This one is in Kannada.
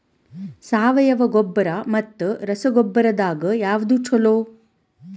ಸಾವಯವ ಗೊಬ್ಬರ ಮತ್ತ ರಸಗೊಬ್ಬರದಾಗ ಯಾವದು ಛಲೋ?